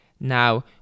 Now